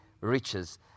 riches